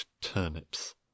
turnips